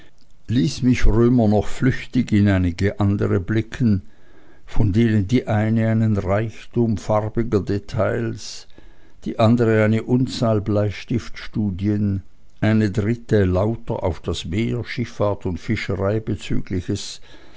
ließ mich römer noch flüchtig in einige andere blicken von denen die eine einen reichtum farbiger details die andere eine unzahl bleistiftstudien eine dritte lauter auf das meer schiffahrt und fischerei bezügliches